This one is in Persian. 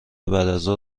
بعدازظهر